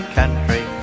country